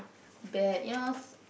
bad you know